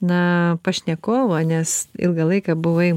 na pašnekovą nes ilgą laiką buvai